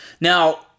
Now